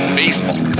baseball